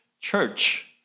church